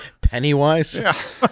Pennywise